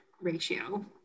ratio